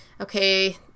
okay